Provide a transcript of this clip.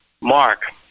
Mark